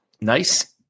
nice